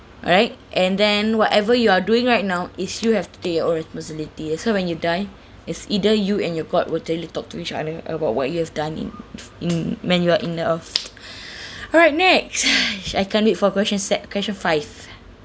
alright and then whatever you are doing right now is you have to take your own responsibility so when you die is either you and your god will actually talk to each other about what you've done in in when you're in earth alright next I can't read for question set question five